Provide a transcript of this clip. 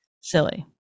silly